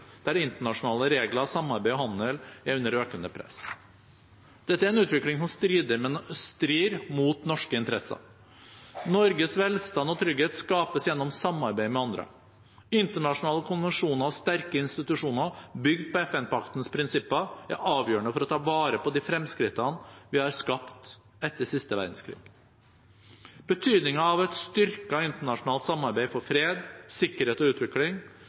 der internasjonale regler, samarbeid og handel er under økende press. Dette er en utvikling som strider mot norske interesser. Norges velstand og trygghet skapes gjennom samarbeid med andre. Internasjonale konvensjoner og sterke institusjoner, bygd på FN-paktens prinsipper, er avgjørende for å ta vare på de fremskrittene vi har skapt etter siste verdenskrig. Betydningen av et styrket internasjonalt samarbeidet for fred, sikkerhet og utvikling